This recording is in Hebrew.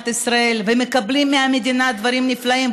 ישראל ומקבלים מהמדינה דברים נפלאים,